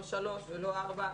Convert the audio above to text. לא שלוש ולא ארבע.